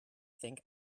think